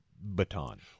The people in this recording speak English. Baton